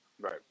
Right